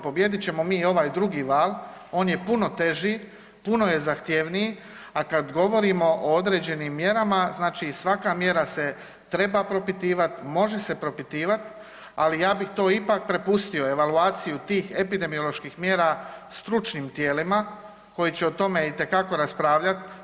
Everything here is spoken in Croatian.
Pobijedit ćemo mi i ovaj drugi val, on je puno teži, puno je zahtjevniji, a kad govorimo o određenim mjerama znači svaka mjera se treba propitivati, može se propitivat, ali ja bih to ipak prepustio evaluaciju tih epidemioloških mjera stručnim tijelima koji će o tome itekako raspravljati.